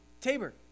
Tabor